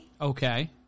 Okay